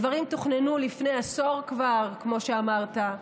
דברים תוכננו כבר לפני עשור, כמו שאמרת.